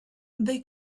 they